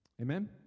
Amen